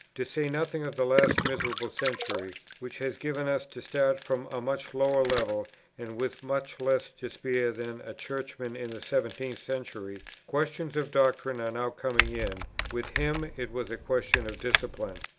to say nothing of the last miserable century, which has given us to start from a much lower level and with much less to spare than a churchman in the seventeenth century, questions of doctrine are now coming in with him, it was a question of discipline.